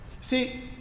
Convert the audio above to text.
see